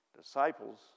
disciples